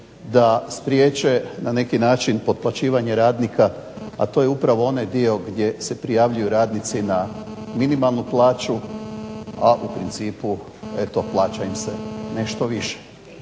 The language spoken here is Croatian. da spriječe na neki način potplaćivanje radnika, a to je upravo onaj dio gdje se prijavljuju radnici na minimalnu plaću, a u principu eto plaća im se nešto više.